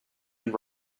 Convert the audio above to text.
and